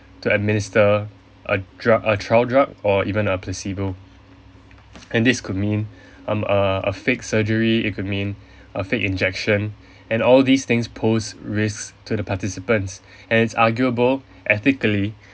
to administer a drug a trial drug or even a placebo and this could mean um a a fake surgery it could mean a fake injection and all these things pose risk to the participants and it's arguable ethically